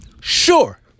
sure